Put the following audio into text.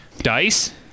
dice